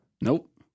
nope